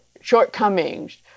shortcomings